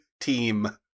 team